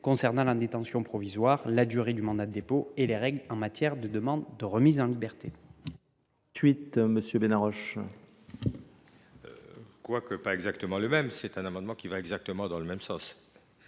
concernant la détention provisoire, la durée du mandat de dépôt et les règles en matière de demande de remise en liberté.